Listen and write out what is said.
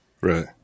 Right